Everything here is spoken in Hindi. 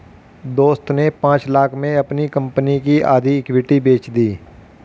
दोस्त ने पांच लाख़ में अपनी कंपनी की आधी इक्विटी बेंच दी